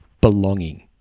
belonging